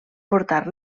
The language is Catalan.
portar